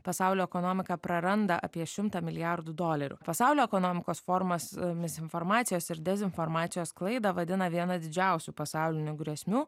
pasaulio ekonomika praranda apie šimtą milijardų dolerių pasaulio ekonomikos formas misinformacijos ir dezinformacijos sklaidą vadina viena didžiausių pasaulinių grėsmių